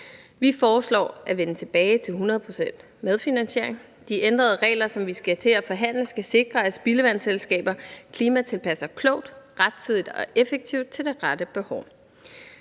Vi foreslår at vende tilbage til 100 pct. medfinansiering. De ændrede regler, som vi skal til at forhandle, skal sikre, at spildevandsselskaber klimatilpasser klogt, rettidigt og effektivt til det rette behov.